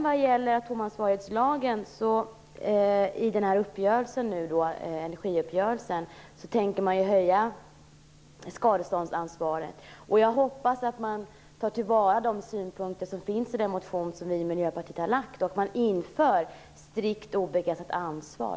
Vad gäller atomansvarighetslagen vill jag säga att man i och med energiuppgörelsen tänker ändra i skadeståndsansvaret och höja skadeståndet. Jag hoppas att man tar till vara de synpunkter som finns i den motion som vi i Miljöpartiet har lagt fram och inför strikt obegränsat ansvar.